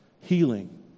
healing